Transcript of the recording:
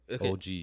OG